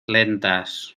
lentas